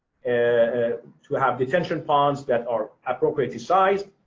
ah to have detention ponds that are appropriately sized